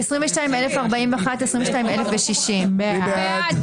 22,041 עד 22,060. מי בעד?